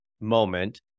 moment